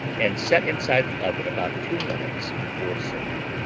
and set inside-the oven about two minutes before serving.